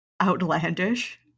outlandish